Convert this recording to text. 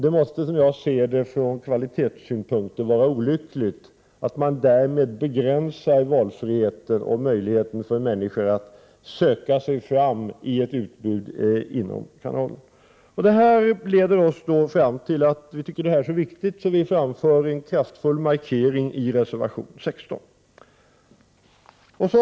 Det måste, som jag ser det, vara olyckligt från kvalitetssynpunkt att man därmed begränsar valfriheten och möjligheten för människor att söka sig fram i ett utbud inom kanalen. Vi anser att detta är mycket viktigt. Därför framför vi en kraftfull markering i reservation 16.